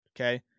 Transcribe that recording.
Okay